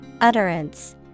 Utterance